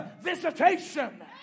visitation